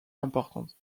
importantes